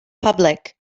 public